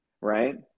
right